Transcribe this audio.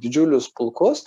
didžiulius pulkus